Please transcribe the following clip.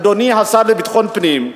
אדוני השר לביטחון פנים,